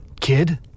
kid